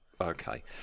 Okay